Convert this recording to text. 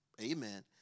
amen